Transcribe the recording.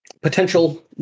potential